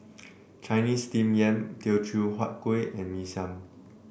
Chinese Steamed Yam Teochew Huat Kuih and Mee Siam